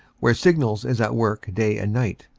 where signals is at work day and night.